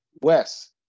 Wes